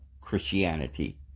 Christianity